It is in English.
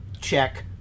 check